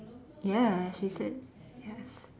yes he said yes